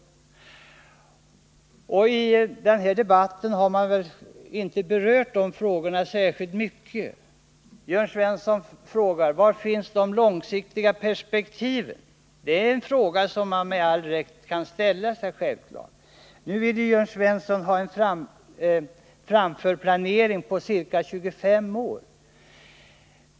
I denna debatt har man väl inte berört de frågorna särskilt ingående. Jörn Svensson frågar: Var finns de långsiktiga perspektiven? Det är en fråga som man med all rätt kan ställa sig. Nu ville Jörn Svensson ha en framförplanering på ca 25 år.